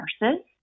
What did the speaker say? nurses